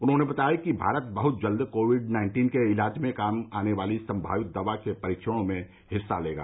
उन्होंने बताया कि भारत बहुत जल्द कोविड नाइन्टीन के इलाज में काम आने वाली संभावित दवा के परीक्षणों में हिस्सा लेगा